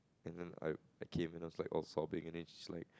and then I I came and was like all sobbing and she's like